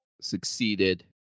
succeeded